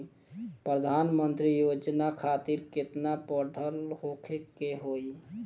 प्रधानमंत्री योजना खातिर केतना पढ़ल होखे के होई?